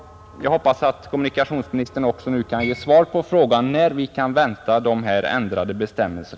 Jag hoppas att kommunikationsministern också nu kan ge svar på frågan när vi kan vänta dessa ändrade bestämmelser.